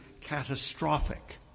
catastrophic